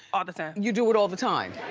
all the time. you do it all the time.